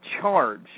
charge